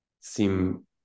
seem